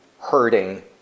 hurting